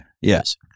Yes